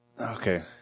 okay